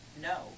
No